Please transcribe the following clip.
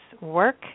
work